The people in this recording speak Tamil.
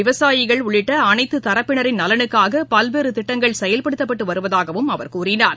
விவசாயிகள் உள்ளிட்டஅனைத்துதரப்பினரின் ஏழைகள் நலனுக்காகபல்வேறுதிட்டங்கள் செயல்படுத்தப்பட்டுவருவதாகவும் அவர் கூறினார்